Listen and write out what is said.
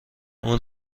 اون